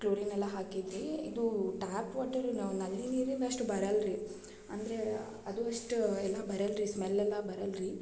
chlorine ಎಲ್ಲ ಹಾಕಿದ್ದು ರೀ ಇದು ಟ್ಯಾಪ್ ವಾಟರ್ ನಲ್ಲಿ ನೀರಿನಷ್ಟು ಬರಲ್ಲ ರೀ ಅಂದರೆ ಎಲ್ಲ ಅದು ಅಷ್ಟು ಎಲ್ಲ ಬರಲ್ಲ ರೀ ಸ್ಮೆಲೆಲ್ಲ ಬರಲ್ಲ ರೀ